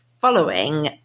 following